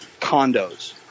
condos